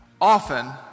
often